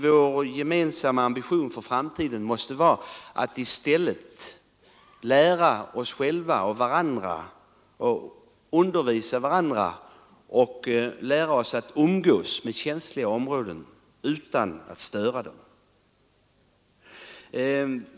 Vår gemensamma ambition för framtiden måste i stället vara att lära oss själva och varandra att umgås med känsliga områden utan att störa dem.